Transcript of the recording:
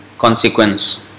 Consequence